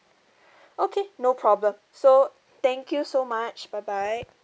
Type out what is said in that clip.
okay no problem so thank you so much bye bye